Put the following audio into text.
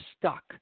stuck